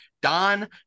Don